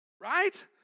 Right